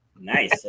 Nice